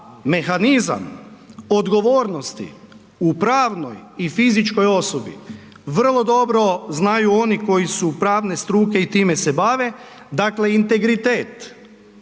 mehanizam odgovornosti u pravnoj i fizičkoj osobi vrlo dobro znaju oni koji su pravne struke i time se bave, dakle integritet